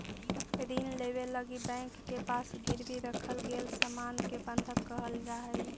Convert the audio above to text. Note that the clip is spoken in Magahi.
ऋण लेवे लगी बैंक के पास गिरवी रखल गेल सामान के बंधक कहल जाऽ हई